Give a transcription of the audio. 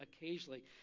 occasionally